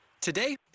Today